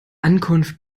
ankunft